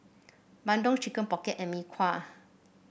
bandung Chicken Pocket and Mee Kuah